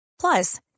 Plus